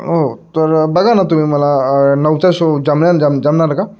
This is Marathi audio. हो तर बघा ना तुम्ही मला नऊचा शो जमल्यान जा जमणार का